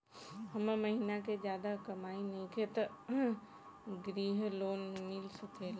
हमर महीना के ज्यादा कमाई नईखे त ग्रिहऽ लोन मिल सकेला?